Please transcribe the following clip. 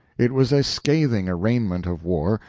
it was a scathing arraignment of war,